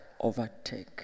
Overtake